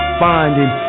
finding